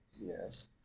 Yes